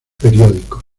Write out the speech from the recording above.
periódicos